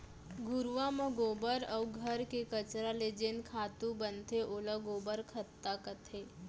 घुरूवा म गोबर अउ घर के कचरा ले जेन खातू बनथे ओला गोबर खत्ता कथें